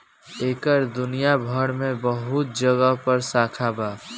एकर दुनिया भर मे बहुत जगह पर शाखा बा